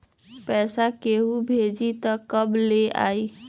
पैसा केहु भेजी त कब ले आई?